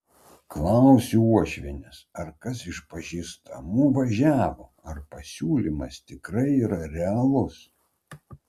klausiu uošvienės ar kas iš pažįstamų važiavo ar pasiūlymas tikrai yra realus